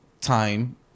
time